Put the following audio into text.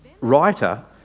writer